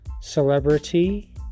celebrity